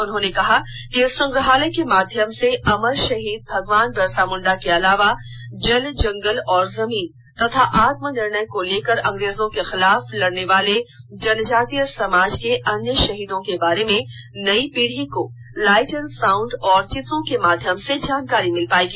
उन्होंने कहा कि इस संग्रहालय के माध्यम से अमर शहीद भगवान बिरसा मुंडा के अलावा जल जंगल और जमीन को लेकर अंग्रेजों के खिलाफ लड़ने वाले जनजातीय समाज के अन्य शहीदों के बारे में नयी पीढ़ी को लाइट एंड साउंड और चित्रों के माध्यम से जानकारी भिल पाएगी